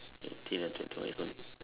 eighteen and twenty one is